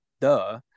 duh